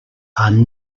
are